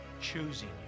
Choosing